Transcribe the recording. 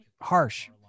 harsh